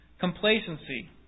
Complacency